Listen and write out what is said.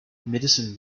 medicine